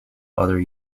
other